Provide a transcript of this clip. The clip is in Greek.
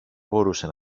μπορούσε